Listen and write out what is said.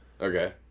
Okay